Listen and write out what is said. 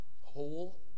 Whole